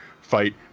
fight